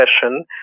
session